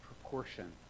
proportion